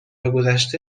گذشته